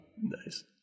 Nice